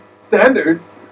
standards